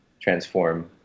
transform